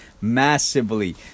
massively